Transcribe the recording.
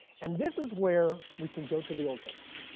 and this is where we can go to the old testament.